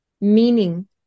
meaning